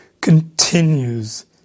continues